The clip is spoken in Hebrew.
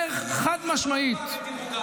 אני אומר חד-משמעית -- יורידו לנו עוד פעם את דירוג